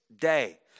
day